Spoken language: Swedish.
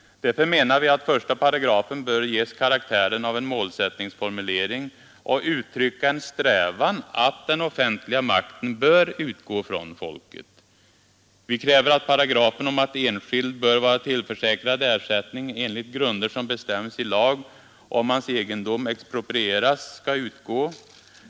Därför menar vi att § 1 bör ges karaktären av en målsättningsformulering och uttrycka en strävan att den offentliga makten bör utgå från folket. Vi kräver att paragrafen om att enskild bör vara tillförsäkrad ersättning enligt grunder som bestäms i lag, om hans egendom exproprieras, skall utgå.